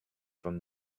from